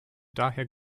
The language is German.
daher